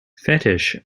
fetish